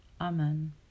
Amen